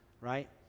right